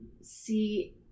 see